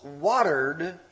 watered